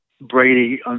Brady